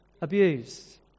abused